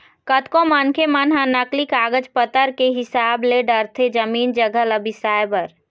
कतको मनखे मन ह नकली कागज पतर के हिसाब ले डरथे जमीन जघा ल बिसाए बर